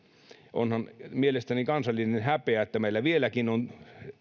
onhan mielestäni kansallinen häpeä että meillä vieläkin on